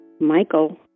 Michael